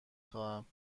خواهم